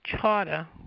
charter